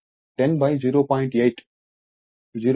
8 శక్తి కారకం